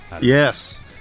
Yes